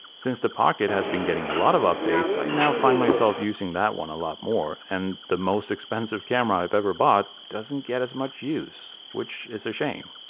since the pocket has been getting a lot of updates i now find myself using that one a lot more and the most expensive camera i've ever bought doesn't get as much use. which is a shame.